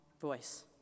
Voice